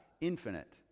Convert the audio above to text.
infinite